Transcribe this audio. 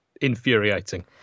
infuriating